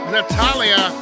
Natalia